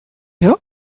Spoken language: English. here